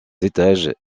étages